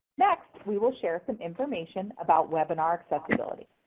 next we will share some information about webinar accessibility.